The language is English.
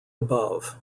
above